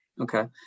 Okay